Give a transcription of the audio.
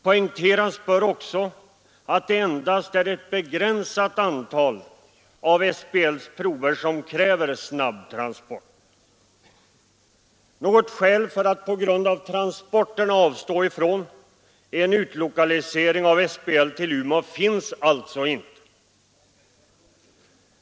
Poängteras bör också att det endast är ett begränsat antal av SBL:s prover som kräver snabb transport. Något skäl att på grund av transporterna avstå från en utlokalisering av SBL till Umeå finns alltså inte.